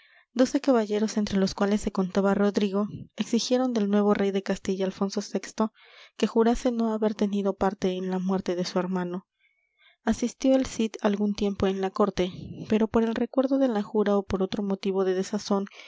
doce caballeros entre los cuales se contaba rodrigo exigieron del nuevo rey de castilla alfonso vi que jurase no haber tenido parte en la muerte de su hermano asistió el cid algún tiempo en la corte pero por el recuerdo de la jura ó por otro motivo de desazón